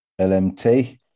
LMT